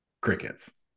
crickets